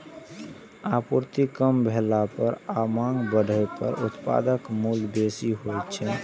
आपूर्ति कम भेला पर आ मांग बढ़ै पर उत्पादक मूल्य बेसी होइ छै